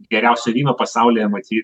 geriausio vyno pasaulyje matyt